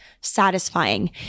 satisfying